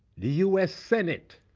the u s. senate